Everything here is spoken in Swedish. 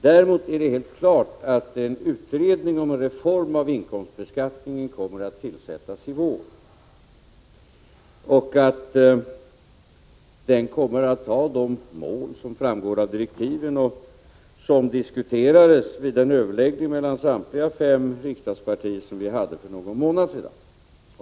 Däremot är det helt klart att en utredning om en reform av inkomstbeskattningen kommer att tillsättas i vår och att den kommer att ha de mål som framgår av direktiven och som diskuterades vid en överläggning mellan samtliga fem riksdagspartier för någon månad sedan.